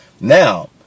Now